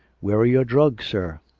where are your drugs, sir.